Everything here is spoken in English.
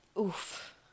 Oof